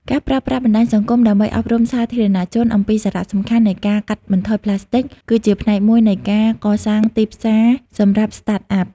ការប្រើប្រាស់បណ្ដាញសង្គមដើម្បីអប់រំសាធារណជនអំពីសារៈសំខាន់នៃការកាត់បន្ថយប្លាស្ទិក គឺជាផ្នែកមួយនៃការកសាងទីផ្សារសម្រាប់ Startup។